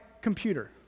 computer